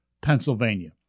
Pennsylvania